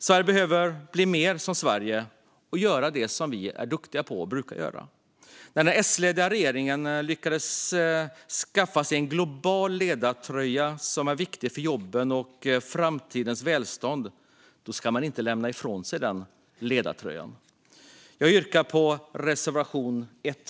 Sverige behöver bli mer duktigt på att göra det Sverige brukar göra. När den S-ledda regeringen lyckats skaffa sig en global ledartröja, som är viktig för jobb och framtida välstånd, ska man inte lämna den ifrån sig. Fru talman! Jag yrkar bifall till reservation 1.